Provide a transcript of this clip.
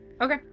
Okay